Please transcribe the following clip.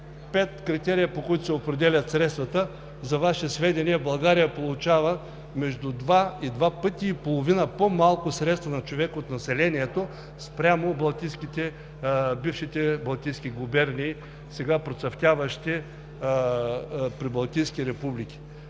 пет критерия, по които се определят средствата. За Ваше сведение, България получава между 2 и 2,5 пъти по-малко средства на човек от населението спрямо бившите балтийски губернии – сега процъфтяващи прибалтийски републики.